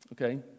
Okay